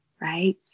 right